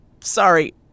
Sorry